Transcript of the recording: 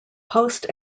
post